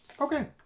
okay